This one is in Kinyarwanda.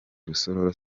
rusororo